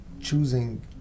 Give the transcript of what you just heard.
choosing